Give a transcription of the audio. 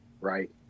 Right